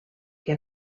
que